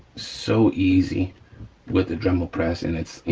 so easy with the dremel press, and it's